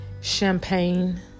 champagne